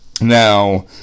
Now